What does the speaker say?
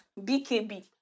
BKB